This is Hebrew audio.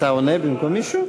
אתה עונה במקום מישהו?